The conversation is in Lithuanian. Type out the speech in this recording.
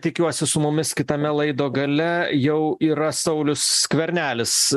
tikiuosi su mumis kitame laido gale jau yra saulius skvernelis